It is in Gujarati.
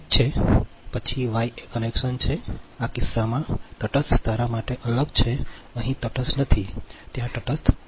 ઠીક છે પછી વાય એ કનેક્શન છે આ કિસ્સામાં તટસ્થ તારા માટે અલગ છે અહીં તટસ્થ નથી ત્યાં તટસ્થ અલગ છે